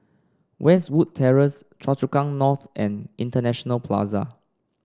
Westwood Terrace Choa Chu Kang North and International Plaza